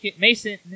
Mason